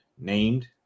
named